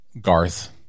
garth